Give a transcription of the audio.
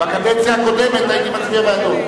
בקדנציה הקודמת הייתי מצביע בעדו,